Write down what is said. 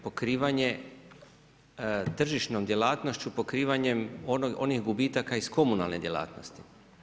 Pokrivanje tržišne djelatnošću pokrivanjem onih gubitaka iz komunalnih djelatnosti.